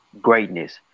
greatness